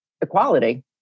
equality